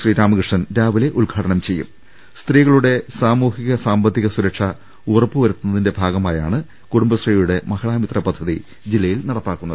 ശ്രീരാമകൃഷ്ണൻ രാവിലെ ഉദ്ഘാടനം ചെയ്യും സ്ത്രീകളുടെ സാമൂഹിക സാമ്പത്തിക സുരക്ഷ ഉറപ്പുവരുത്തുന്നതിന്റെ ഭാഗമായാണ് കുടുംബശ്രീയുടെ മഹിളാ മിത്ര പദ്ധതി ജില്ലയിൽ നടപ്പാക്കുന്നത്